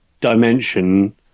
dimension